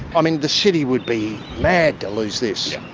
i mean, the city would be mad to lose this.